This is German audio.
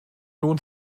lohnt